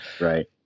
Right